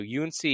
UNC